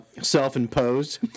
self-imposed